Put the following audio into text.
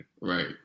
right